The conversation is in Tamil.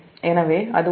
எனவே அது உண்மையில் 1